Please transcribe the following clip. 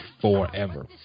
forever